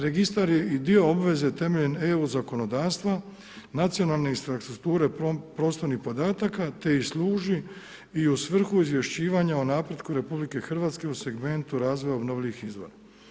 Registar je i dio obveze temeljem Eu zakonodavstva, nacionalne infrastrukture prostornih podataka te i služi u svrhu izvješćivanja o napretku Republike Hrvatske u segmentu razvoja obnovljivih izvora.